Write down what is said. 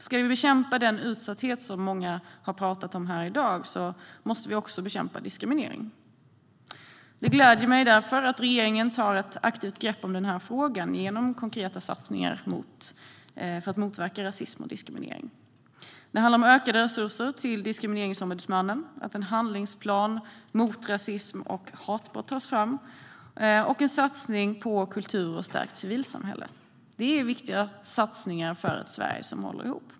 Ska vi bekämpa den utsatthet som många har pratat om här i dag måste vi bekämpa diskriminering. Det gläder mig därför att regeringen tar ett aktivt grepp om den här frågan genom konkreta satsningar på att motverka rasism och diskriminering. Det handlar om ökade resurser till Diskrimineringsombudsmannen, framtagande av en handlingsplan mot rasism och hatbrott samt en satsning på kultur och ett stärkt civilsamhälle. Det är viktiga satsningar för ett Sverige som håller ihop.